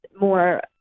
more